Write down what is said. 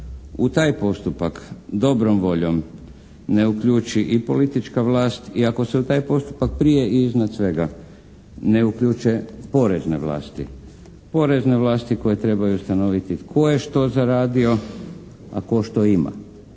u taj postupak dobrom voljom ne uključi i politička vlast i ako se u taj postupak prije i iznad svega ne uključe porezne vlasti. Porezne vlasti koje trebaju ustanoviti tko je što zaradio a tko što ima.